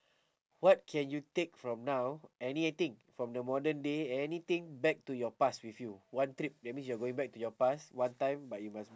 what can you take from now anything from the modern day anything back to your past with you one trip that means you're going back to your past one time but you must